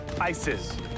ISIS